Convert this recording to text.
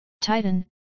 Titan